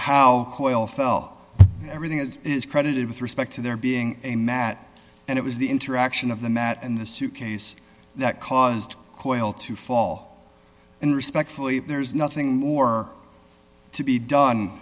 fell everything is is credited with respect to there being a mat and it was the interaction of the mat and the suit case that caused quail to fall and respectfully there's nothing more to be done